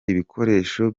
ibikoresho